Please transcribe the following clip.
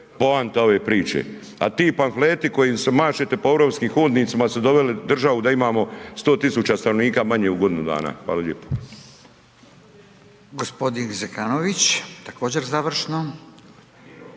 poanta ove priče, a ti pamfleti kojim se mašete po europskim hodnicima su doveli državu da imamo 100 000 stanovnika manje u godinu dana. Hvala lijepo.